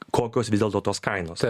kokios vis dėlto tos kainos